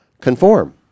conform